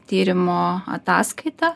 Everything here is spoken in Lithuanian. tyrimo ataskaitą